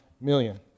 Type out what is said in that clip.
million